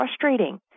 frustrating